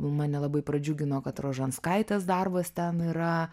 mane labai pradžiugino kad rožanskaitės darbas ten yra